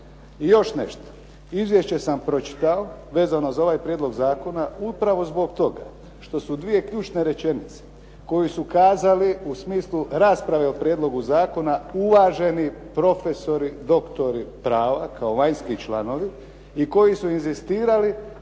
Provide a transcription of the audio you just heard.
I još nešto. Izvješće sam pročitao vezano za ovaj prijedlog zakona, upravo zbog toga što su dvije ključne rečenice koje su kazali u smislu rasprave o prijedlogu zakona uvaženi profesori, doktori prava kao vanjski članovi i koji su inzistirali